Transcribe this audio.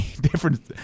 different